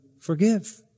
forgive